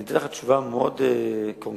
אתן לך תשובה מאוד קונקרטית,